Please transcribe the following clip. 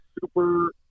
super